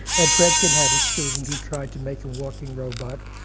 ed friedkin had a student who tried to make a walking robot,